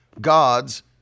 God's